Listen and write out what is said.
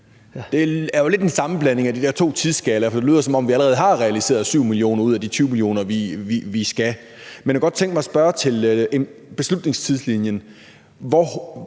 Det er jo lidt en sammenblanding af de der to tidsskalaer, for det lyder jo, som om vi allerede har realiseret 7 mio. t ud af de 20 mio. t, vi skal. Jeg kunne godt tænke mig at spørge til beslutningstidslinjen: